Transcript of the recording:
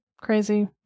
crazy